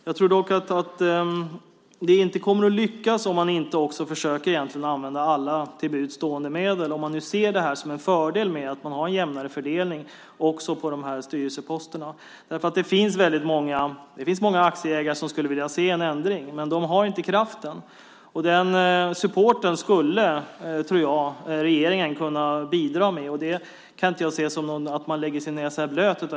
Jag tror dock att det inte kommer att lyckas om man inte försöker använda alla till buds stående medel om man ser det som en fördel med en jämnare fördelning också av styrelseposterna. Det finns många aktieägare som skulle vilja se en ändring. Men de har inte kraften. Den supporten skulle regeringen kunna bidra med. Det kan jag inte se som att man lägger sin näsa i blöt.